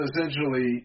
essentially